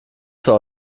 zwar